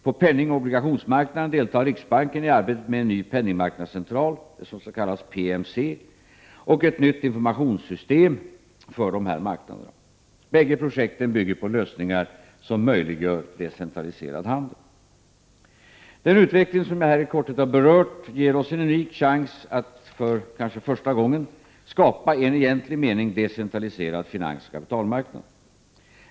På penningoch obligationsmarknaden deltar riksbanken i arbetet med en ny penningmarknadscentral och ett nytt informationssystem för de här marknaderna. Bägge projekten bygger på lösningar som möjliggör decentraliserad handel. Den utveckling som jag i korthet berört ger oss en unik chans att — för kanske första gången — skapa en i egentlig mening decentraliserad finansoch kapitalmarknad.